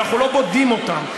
אנחנו לא בודים אותם.